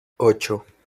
ocho